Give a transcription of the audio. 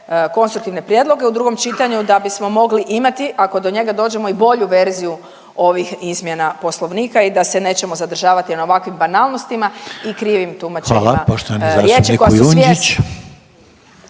konstruktivne prijedloge u drugom čitanju da bismo mogli imati ako do njega dođemo i bolju verziju ovih izmjena Poslovnika i da se nećemo zadržavati na ovakvim banalnostima i krivim tumačenjima riječi koja su svjesna.